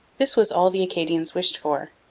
this was all the acadians wished for.